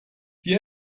die